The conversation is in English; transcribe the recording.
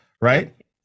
right